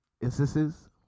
instances